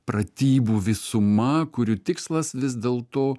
pratybų visuma kurių tikslas vis dėlto